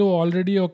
already